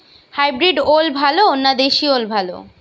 Hybrid ওল ভালো না দেশী ওল ভাল?